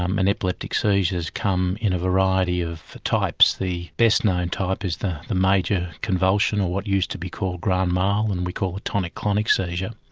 um and epileptic seizures come in a variety of types, the best known type is the the major convulsion or what used to be called grand mal and we call the tonic-clonic seizure,